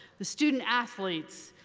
the student athletes,